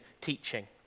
teaching